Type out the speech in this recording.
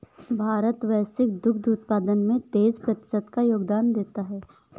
भारत वैश्विक दुग्ध उत्पादन में तेईस प्रतिशत का योगदान देता है